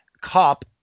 cop